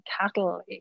cattle